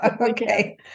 Okay